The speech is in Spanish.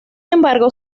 embargo